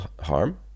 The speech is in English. harm